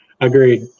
Agreed